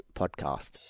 podcast